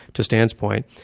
to stan's point,